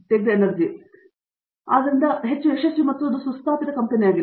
Satyanarayana N Gummadi ಆದ್ದರಿಂದ ಅದು ಹೆಚ್ಚು ಯಶಸ್ವಿ ಮತ್ತು ಸುಸ್ಥಾಪಿತ ಕಂಪೆನಿಯಾಗಿದೆ